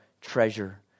treasure